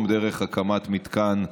דרך הקמת מתקן חולות,